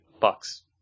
bucks